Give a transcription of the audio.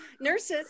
nurses